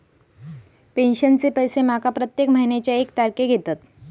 पेंशनचे पैशे माका प्रत्येक महिन्याच्या एक तारखेक येतत